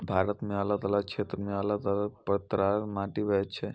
भारत मे अलग अलग क्षेत्र मे अलग अलग प्रकारक माटि भेटै छै